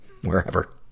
wherever